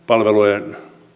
palvelujen